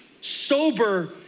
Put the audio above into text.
sober